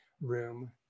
room